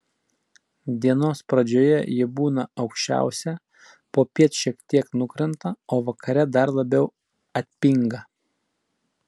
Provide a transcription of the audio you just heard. dienos pradžioje ji būna aukščiausia popiet šiek tiek nukrenta o vakare dar labiau atpinga